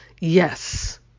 Yes